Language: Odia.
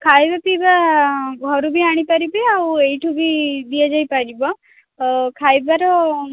ଖାଇବା ପିଇବା ଘରୁ ବି ଆଣି ପାରିବେ ଆଉ ଏଇଠୁ ବି ଦିଆ ଯାଇପାରିବ ଖାଇବାର